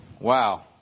Wow